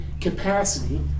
capacity